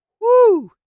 woo